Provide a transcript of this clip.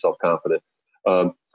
self-confident